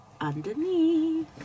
underneath